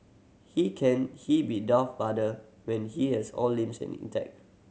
he can he be Darth Vader when he has all limbs in a intact